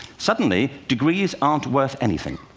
suddenly, degrees aren't worth anything.